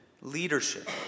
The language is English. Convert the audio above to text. leadership